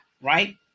right